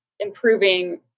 improving